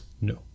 No